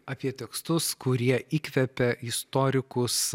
apie tekstus kurie įkvepia istorikus